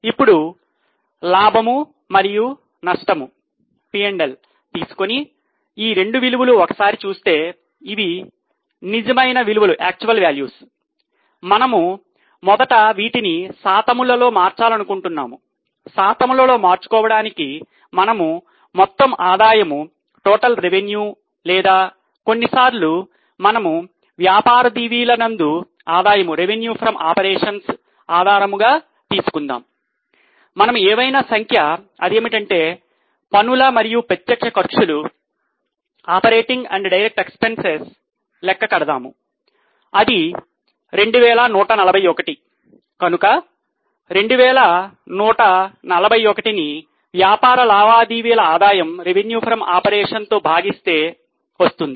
ఇప్పుడు లాభము మరియు నష్టము తో భాగిస్తే వస్తుంది